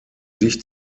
sich